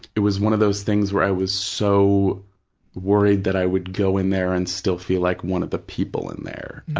it was one of those things where i was so worried that i would go in there and still feel like one of the people in there.